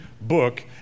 book